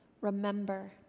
remember